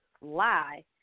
lie